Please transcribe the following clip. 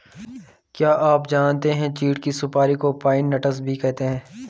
क्या आप जानते है चीढ़ की सुपारी को पाइन नट्स भी कहते है?